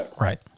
right